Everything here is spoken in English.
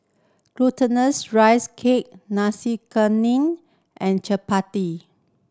Glutinous Rice Cake Nasi Kuning and chappati